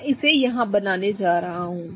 मैं इसे यहां बनाने जा रहा हूं